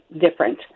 different